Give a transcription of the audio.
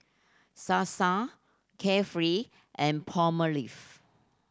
Sasa Carefree and Palmolive